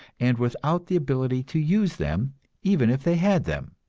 and without the ability to use them even if they had them.